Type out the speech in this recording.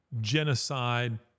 genocide